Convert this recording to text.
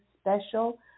special